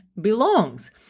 belongs